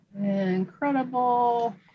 Incredible